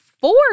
four